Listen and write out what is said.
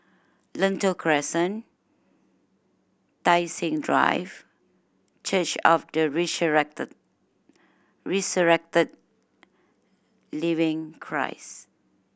Lentor Crescent Tai Seng Drive Church of the Resurrected Living Christ